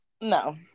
No